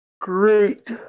Great